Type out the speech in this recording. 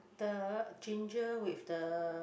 the ginger with the